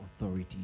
authority